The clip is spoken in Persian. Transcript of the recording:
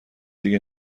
دیگه